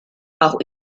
auch